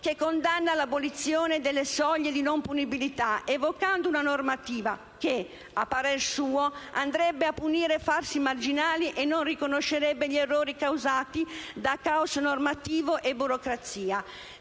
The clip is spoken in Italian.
che condanna l'abolizione delle soglie di non punibilità evocando una normativa che, a parer suo, andrebbe a punire falsi marginali e non riconoscerebbe gli errori causati da *caos* normativo e burocrazia.